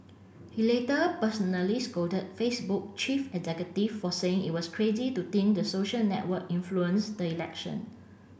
he later personally scolded Facebook chief executive for saying it was crazy to think the social network influenced the election